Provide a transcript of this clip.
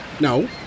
no